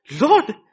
Lord